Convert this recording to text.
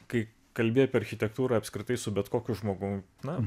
kai kalbi apie architektūrą apskritai su bet koku žmogum na